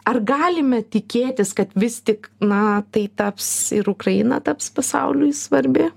ar galime tikėtis kad vis tik na tai taps ir ukraina taps pasauliui svarbi